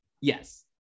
Yes